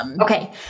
Okay